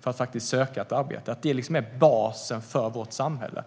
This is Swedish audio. för att söka arbete. Det är basen för vårt samhälle.